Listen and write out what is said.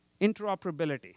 interoperability